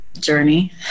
journey